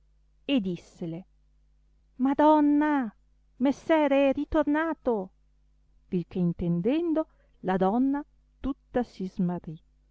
e dissele madonna messere è ritornato il che intendendo la donna tutta si smarrì